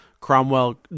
Cromwell